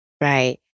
Right